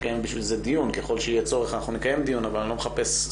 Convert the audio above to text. וככל שיהיה צורך נקיים דיון,